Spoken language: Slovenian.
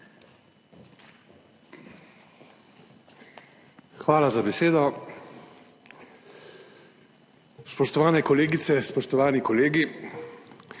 Hvala za besedo. Spoštovane kolegice, spoštovani kolegi!